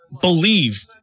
believe